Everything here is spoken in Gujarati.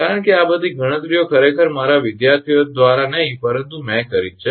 કારણ કે આ બધી ગણતરીઓ ખરેખર મારા વિદ્યાર્થી દ્વારા જ નહીં પરંતુ મેં કરી છે